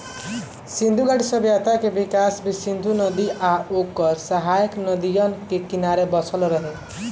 सिंधु घाटी सभ्यता के विकास भी सिंधु नदी आ ओकर सहायक नदियन के किनारे बसल रहे